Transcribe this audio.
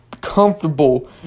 comfortable